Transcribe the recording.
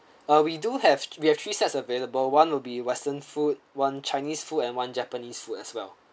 uh we do have we have three sets available one would be western food one chinese food and one japanese food as well